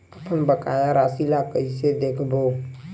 अपन बकाया राशि ला कइसे देखबो?